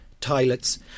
toilets